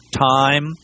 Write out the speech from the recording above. time